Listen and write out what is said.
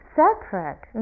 separate